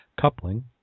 coupling